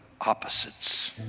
opposites